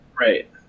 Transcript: Right